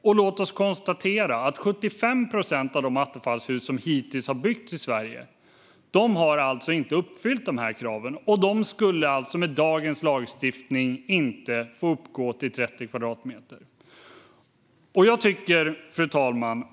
Och låt oss konstatera: 75 procent av de attefallshus som hittills har byggts i Sverige har inte uppfyllt de här kraven. De skulle alltså med dagens lagstiftning inte få uppgå till 30 kvadratmeter. Fru talman!